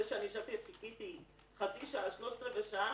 זה שאני ישבתי במכונית שלי וחיכיתי חצי שעה או שלושת-רבעי שעה